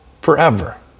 forever